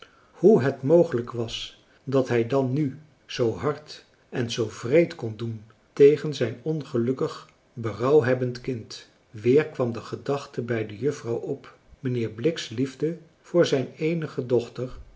hoe het mogelijk was dat hij dan nu zoo hard en zoo wreed kon doen tegen zijn ongelukkig berouwhebbend kind weer kwam de gedachte bij de juffrouw op mijnheer blik's liefde voor zijn eenige dochter